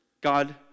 God